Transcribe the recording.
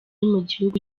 mugihugu